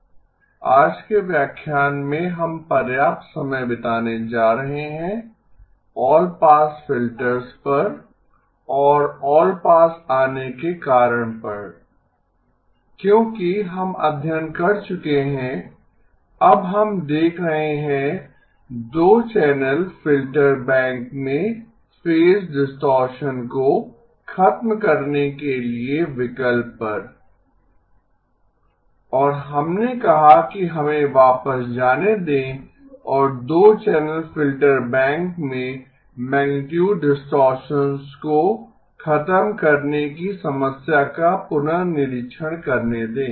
आज के व्याख्यान में हम पर्याप्त समय बिताने जा रहे हैं ऑल पास फिल्टर्स पर और ऑलपास आने के कारण पर क्योंकि हम अध्यन कर चुके हैं अब हम देख रहे हैं 2 चैनल फिल्टर बैंक में फेज डिस्टॉरशन को खत्म करने के विकल्प पर और हमने कहा कि हमें वापस जाने दें और 2 चैनल फिल्टर बैंक में मैगनीटुड डिस्टॉरशन को खत्म करने की समस्या का पुनर्रर्निरीक्षण करने दें